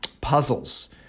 puzzles